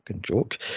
joke